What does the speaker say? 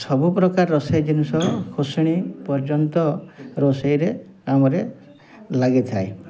ସବୁ ପ୍ରକାର ରୋଷେଇ ଜିନିଷ ଖୋସଣି ପର୍ଯ୍ୟନ୍ତ ରୋଷେଇରେ କାମରେ ଲାଗିଥାଏ